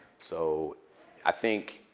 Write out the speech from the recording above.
so i think